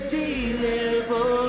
deliver